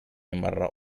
مرة